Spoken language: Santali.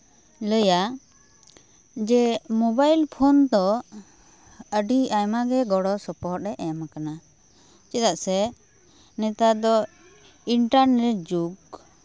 ᱞᱟᱹᱭᱟ ᱡᱮ ᱢᱳᱵᱟᱭᱤᱞ ᱯᱷᱳᱱ ᱫᱚ ᱟᱹᱰᱤ ᱟᱭᱢᱟ ᱜᱮ ᱜᱚᱲᱚ ᱥᱚᱯᱚᱦᱚᱫᱼᱮ ᱮᱢ ᱠᱟᱱᱟ ᱪᱮᱫᱟᱜ ᱥᱮ ᱱᱮᱛᱟᱨ ᱫᱚ ᱤᱱᱴᱟᱨᱱᱮᱴ ᱡᱩᱜᱽ